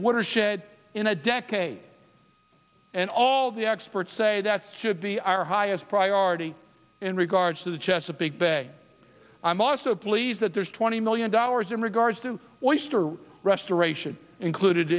watershed in a decade and all the experts say that should be our highest priority in regards to the chesapeake bay i'm also pleased that there's twenty million dollars in regards to waste or restoration included